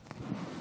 השר יועז הנדל.